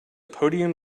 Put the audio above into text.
podium